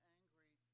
angry